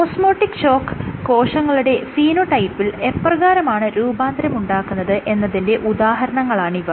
osmotic shock കോശങ്ങളുടെ ഫീനോടൈപ്പിൽ എപ്രകാരമാണ് രൂപാന്തരമുണ്ടാക്കുന്നത് എന്നതിന്റെ ഉദാഹരണങ്ങളാണ് ഇവ